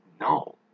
No